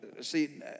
see